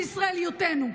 בישראליותנו.